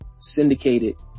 syndicated